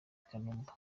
kanumba